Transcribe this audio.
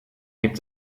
gibt